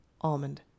almond